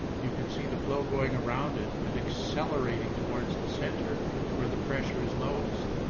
you can see the flow going around it and accelerating towards the centre where the pressure is lowest.